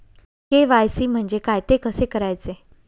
KYC म्हणजे काय? ते कसे करायचे?